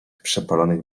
przepalonych